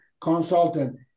consultant